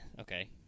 okay